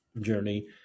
journey